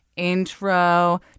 intro